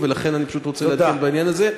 ולכן אני פשוט רוצה לעדכן בעניין הזה,